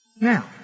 Now